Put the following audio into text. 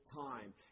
time